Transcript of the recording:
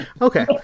Okay